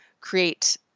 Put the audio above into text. create